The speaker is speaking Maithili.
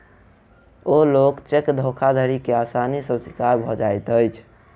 बहुत लोक चेक धोखाधड़ी के आसानी सॅ शिकार भ जाइत अछि